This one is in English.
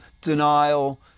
denial